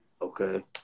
Okay